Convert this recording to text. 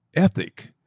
ethic,